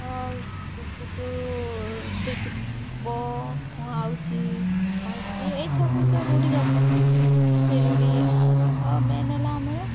ତୁ ତୁ ତୁ ସେଇଠି ବ ମୁଁ ଆଉଚି ଖାଉଛି ଏଇସବୁ ଯେଉଁ ରୁଢ଼ିଯାକ ଅଛି ସେ ରୁଢ଼ି ତ ମେନ୍ ହେଲା ଆମର